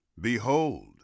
Behold